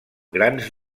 grans